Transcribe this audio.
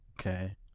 Okay